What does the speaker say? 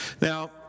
Now